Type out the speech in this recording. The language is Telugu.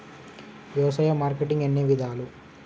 వ్యవసాయ మార్కెటింగ్ ఎన్ని విధాలు?